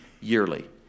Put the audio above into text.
yearly